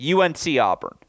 UNC-Auburn